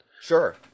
Sure